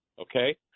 okay